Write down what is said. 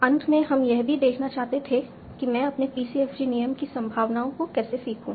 अंत में हम यह भी देखना चाहते थे कि मैं अपने PCFG नियम की संभावनाओं को कैसे सीखूं